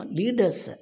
leaders